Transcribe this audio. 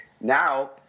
Now